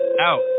Out